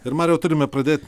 ir mariau turime pradėt